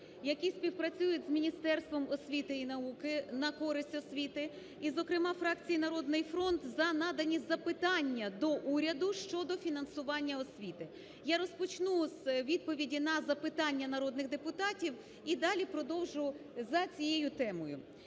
які співпрацюють з Міністерством освіти і науки на користь освіти, і зокрема фракції "Народний фронт" за надані запитання до уряду щодо фінансування освіти. Я розпочну з відповіді на запитання народних депутатів і далі продовжу за цією темою.